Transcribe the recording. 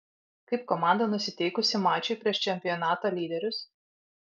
kaip komanda nusiteikusi mačui prieš čempionato lyderius